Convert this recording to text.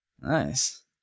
Nice